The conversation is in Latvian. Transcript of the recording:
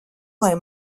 lai